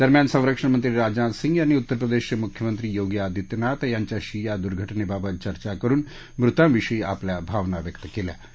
दरम्यान सरंक्षणमंत्री राजनाथ सिंग यांनी उत्तरप्रदर्धाप्रा बुख्यमंत्री योगी आदित्यनाथ यांच्याशी या दुर्घटनप्राबत चर्चा करुन मृतांविषयी आपल्या भावना व्यक्त कल्प्रा